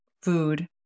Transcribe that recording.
food